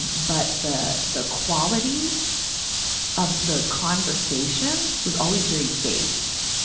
and but the, the quality of the conversations was always very base.